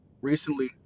recently